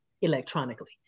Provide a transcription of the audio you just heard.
electronically